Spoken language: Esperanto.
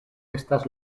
estas